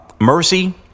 mercy